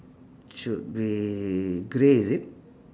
should be grey is it